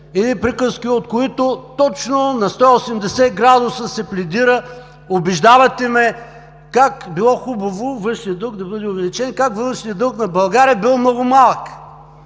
съм икономист, от които точно на 180 градуса се пледира, убеждавате ме как било хубаво външният дълг да бъде увеличен, как външният дълг на България бил много малък.